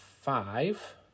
five